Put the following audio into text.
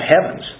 heavens